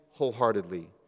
wholeheartedly